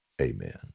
Amen